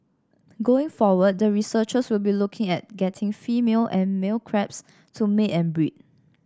going forward the researchers will be looking at getting female and male crabs to mate and breed